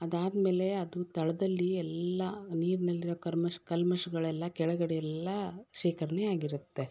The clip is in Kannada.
ಅದಾದ ಮೇಲೆ ಅದು ತಳದಲ್ಲಿ ಎಲ್ಲ ನೀರಿನಲ್ಲಿರೋ ಕರ್ಮಶ ಕಲ್ಮಶಗಳೆಲ್ಲ ಕೆಳಗಡೆ ಎಲ್ಲ ಶೇಖರಣೆ ಆಗಿರುತ್ತೆ